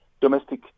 domestic